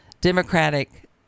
Democratic